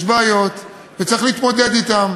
יש בעיות וצריך להתמודד אתן.